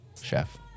chef